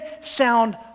sound